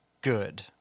good